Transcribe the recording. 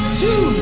two